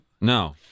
no